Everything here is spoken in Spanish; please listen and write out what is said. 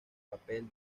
papel